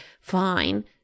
fine